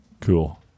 Cool